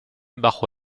bajo